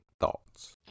thoughts